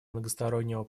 многостороннего